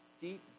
deep